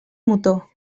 motor